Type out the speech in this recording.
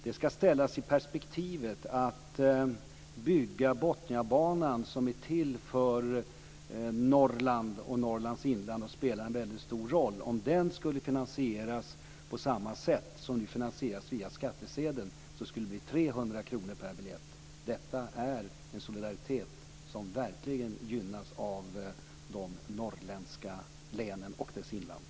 Det ska ställas i perspektiv till att bygga Botniabanan, som är till för Norrland och Norrlands inland och som spelar en stor roll. Om den skulle finansieras på samma sätt, som nu finansieras via skattsedeln, skulle det bli 300 kr per biljett. Detta är en solidaritet som verkligen gynnas av de norrländska länen och dess inland.